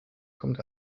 kommt